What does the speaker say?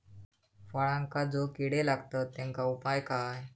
फळांका जो किडे लागतत तेनका उपाय काय?